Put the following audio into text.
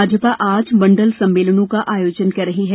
भाजपा आज मंडल सम्मेलनों का आयोजन कर रही है